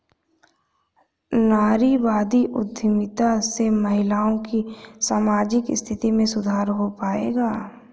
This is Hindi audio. नारीवादी उद्यमिता से महिलाओं की सामाजिक स्थिति में सुधार हो पाएगा?